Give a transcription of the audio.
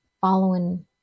following